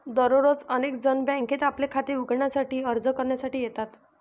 दररोज अनेक जण बँकेत आपले खाते उघडण्यासाठी अर्ज करण्यासाठी येतात